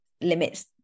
limits